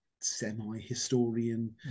semi-historian